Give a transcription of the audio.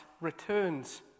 returns